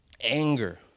anger